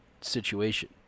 situation